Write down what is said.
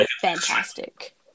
Fantastic